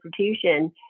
institution